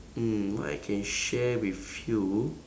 mm what I can share with you